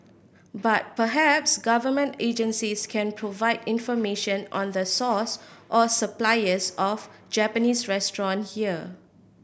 but perhaps Government agencies can provide information on the source or suppliers of Japanese restaurant here